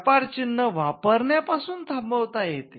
व्यापार चिन्ह वापारण्या पासून थांबवता येते